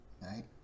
right